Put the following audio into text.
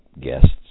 guests